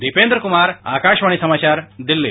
दीपेन्द्र कुमार आकाशवाणी समाचार दिल्ली